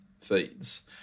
feeds